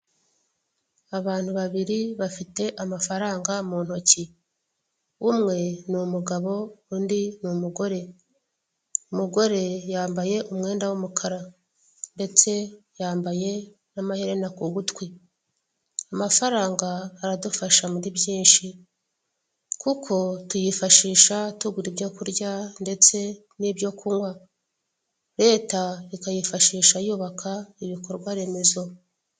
Abantu babiri bafite amafaranga mu ntoki umwe ni umugabo undi ni umugore ,umugore yambaye umwenda w'umukara ndetse yambaye n'amaherena ku gutwi ,amafaranga aradufasha muri byinshi kuko tuyifashisha tugura ibyo kurya ndetse n'ibyo kunywa leta ikayifashisha yubaka ibikorwa remezo.